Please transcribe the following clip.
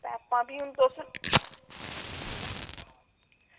पाइपां भी हून तुस